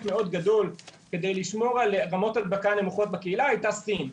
מאוד גדול כדי לשמור על רמות הדבקה נמוכות בקהילה הייתה סין.